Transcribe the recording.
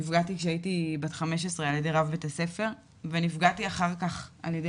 נפגעתי כשהייתי בת 15 על ידי רב בית הספר ונפגעתי אחר כך על ידי